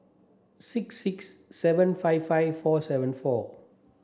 six six seven five five four seven four